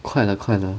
快了快了